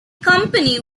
company